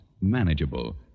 manageable